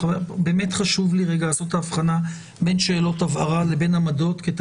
חשוב לי לעשות את ההבחנה בין שאלות הבהרה לבין עמדות כי את